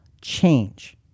change